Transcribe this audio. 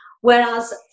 whereas